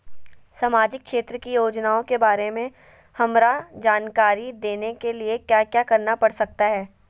सामाजिक क्षेत्र की योजनाओं के बारे में हमरा जानकारी देने के लिए क्या क्या करना पड़ सकता है?